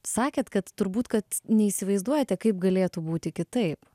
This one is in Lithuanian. sakėt kad turbūt kad neįsivaizduojate kaip galėtų būti kitaip